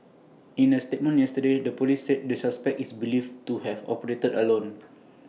in A statement yesterday the Police said the suspect is believed to have operated alone